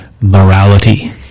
morality